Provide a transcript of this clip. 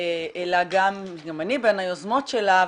גם אני בין היוזמות שלה,